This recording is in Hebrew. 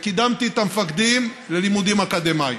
וקידמתי את המפקדים ללימודים אקדמיים.